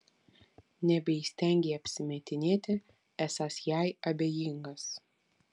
nebeįstengei apsimetinėti esąs jai abejingas